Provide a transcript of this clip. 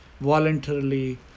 voluntarily